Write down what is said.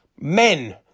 men